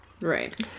right